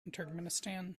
turkmenistan